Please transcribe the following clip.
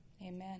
Amen